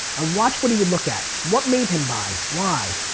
ah watch what he would look at. what made him buy, why,